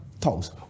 talks